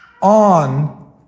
on